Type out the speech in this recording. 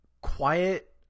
quiet